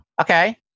Okay